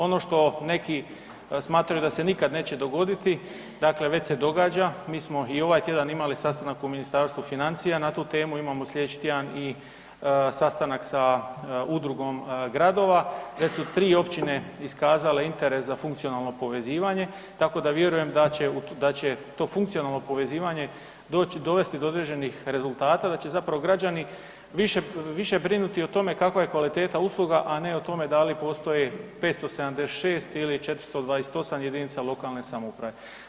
Ono što neki smatraju da se nikad neće dogoditi, dakle već se događa, mi smo i ovaj tjedan imali sastanak u Ministarstvu financija na tu temu, imamo slijedeći tjedan i sastanaka sam Udrugom gradova, već su 3 općine iskazale interes za funkcionalno povezivanje tako da vjerujem da će to funkcionalno povezivanje dovesti do određenih rezultata, da će zapravo građani više brinuti o tome kakva je kvaliteta usluga a ne o tome da li postoji 576 ili 428 jedinica lokalne samouprave.